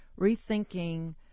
rethinking